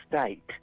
state